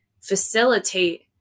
facilitate